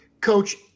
Coach